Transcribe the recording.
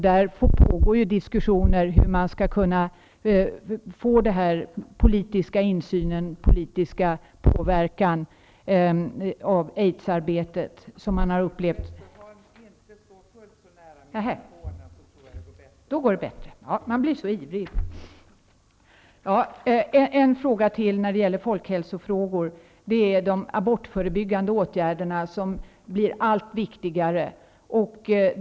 Där pågår diskussioner om hur den politiska insynen och påverkan av aidsarbetet skall skötas. En ytterligare fråga inom folkhälsan gäller de abortförebyggande åtgärderna, och som blir allt viktigare.